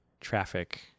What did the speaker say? traffic